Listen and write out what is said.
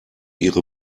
ihre